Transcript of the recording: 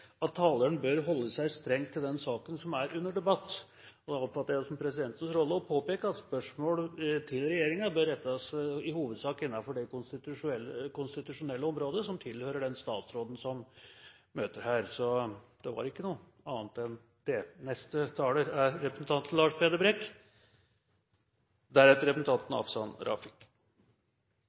53: «Taleren bør holde seg strengt til den saken som er under debatt.» Da oppfatter jeg det som presidentens rolle å påpeke at spørsmål til regjeringen i hovedsak bør rettes innenfor det konstitusjonelle området som tilhører den statsråden som møter her. Så det var ikke noe annet enn det! For øvrig vil jeg si at skulle det være representanten